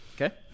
Okay